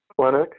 clinic